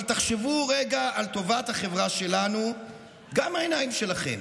אבל תחשבו רגע על טובת החברה שלנו גם מהעיניים שלכם.